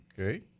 Okay